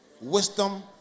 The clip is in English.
wisdom